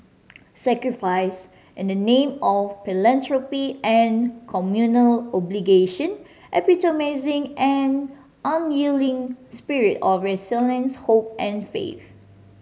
sacrifice in the name of philanthropy and communal obligation epitomising the unyielding spirit of resilience hope and faith